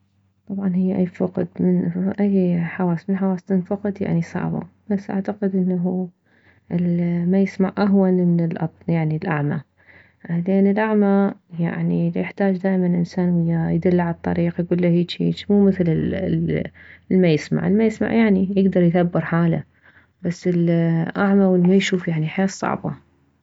طبعا اي هي اي فقد من اي حاسة من الحواس تنفقد يعني صعبة بس اعتقد انه الما يسمع اهون من من الاعمى بعدين الاعمى يعني يحتاج دائما انسان وياه يدله عالطريق يكله هيج هيج مو مثل ال الما يسمع الما يسمع يعني يكدر يدبر حاله بس الاعمى والما يشوف يعني حيل صعبة